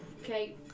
Okay